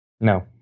No